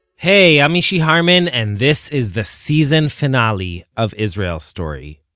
hey, i'm mishy harman and this is the season finale of israel story.